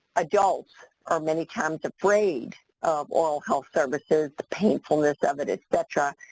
adults are many times afraid of oral health services, the painfulness of it, etc.